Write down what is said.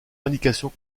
indications